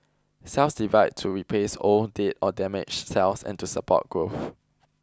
cells divide to replace old dead or damaged cells and to support growth